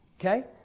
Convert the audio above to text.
Okay